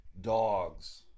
dogs